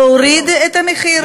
להוריד את המחיר.